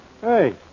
Hey